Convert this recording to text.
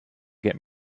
get